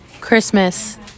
Christmas